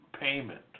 payment